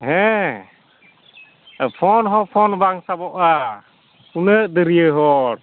ᱦᱮᱸ ᱯᱷᱳᱱ ᱦᱚᱸ ᱯᱷᱳᱱ ᱵᱟᱝ ᱥᱟᱵᱚᱜᱼᱟ ᱩᱱᱟᱹᱜ ᱫᱟᱹᱨᱭᱟᱹ ᱦᱚᱲ